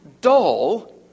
dull